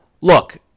look